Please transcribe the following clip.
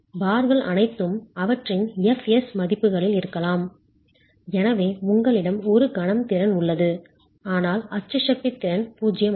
பார்கள் அனைத்தும் அவற்றின் Fs மதிப்புகளில் இருக்கலாம் எனவே உங்களிடம் ஒரு கணம் திறன் உள்ளது ஆனால் அச்சு சக்தி திறன் 0 ஆகும்